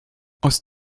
aus